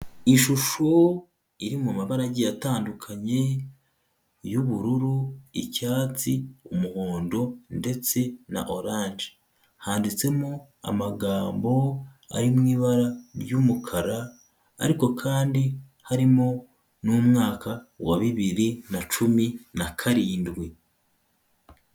Ishusho iri mu mabara agiye atandukanye y'ubururu, icyatsi, umuhondo ndetse na oranje, handitsemo amagambo ari mu ibara ry'umukara, ariko kandi harimo n'umwaka wa bibiri na cumi na karindwi.